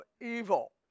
evil